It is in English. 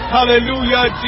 Hallelujah